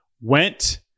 went